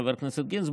חבר הכנסת גינזבורג,